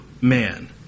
man